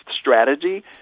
strategy